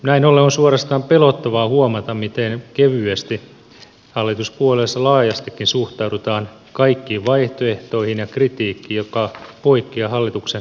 näin ollen on suorastaan pelottavaa huomata miten kevyesti hallituspuolueissa laajastikin suhtaudutaan kaikkiin vaihtoehtoihin ja kritiikkiin joka poikkeaa hallituksen kuntalinjasta